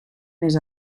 més